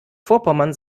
vorpommern